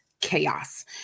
chaos